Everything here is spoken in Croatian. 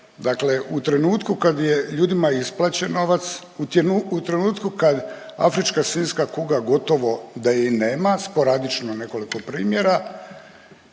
Dakle, u trenutku kad je ljudima isplaćen novac, u trenutku kad afrička svinjska kuga gotovo da je i nema, sporadično nekoliko primjera,